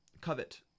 covet